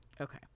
Okay